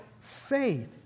faith